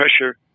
pressure